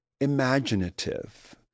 imaginative